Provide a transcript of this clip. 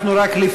רק,